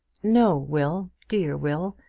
no, will dear will!